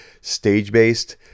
stage-based